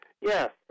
Yes